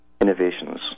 innovations